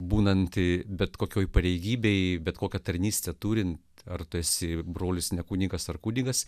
būnanti bet kokioje pareigybėje bet kokią tarnystę turint ar tarsi brolis ne kunigas ar kunigas